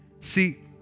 See